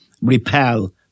repel